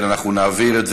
אם כן, אנחנו נצביע.